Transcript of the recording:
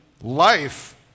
Life